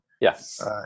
Yes